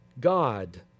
God